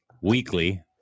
weekly